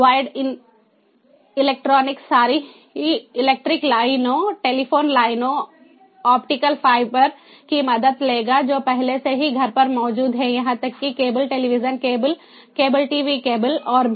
wired electronic sorry electric लाइनों telephone लाइनों optical fibre की मदद लेगा जो पहले से ही घर पर मौजूद हैं यहां तक कि cable television cable cable TV cable और भी